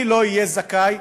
אני לא אהיה זכאי,